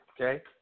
Okay